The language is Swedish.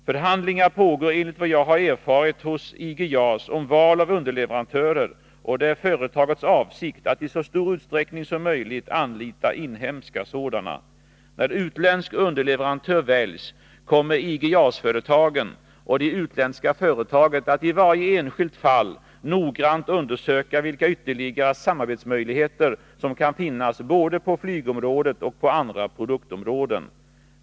Förhandlingar pågår enligt vad jag har erfarit hos IG JAS om val av underleverantörer, och det är företagets avsikt att i så stor utsträckning som möjligt anlita inhemska sådana. När utländsk underleverantör väljs kommer IG JAS-företagen och det utländska företaget att i varje enskilt fall noggrant undersöka vilka ytterligare samarbetsmöjligheter som kan finnas både på flygområdet och på andra produktområden.